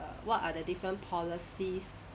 err what are the different policies